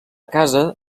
casa